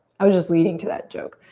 i was just leading to that joke.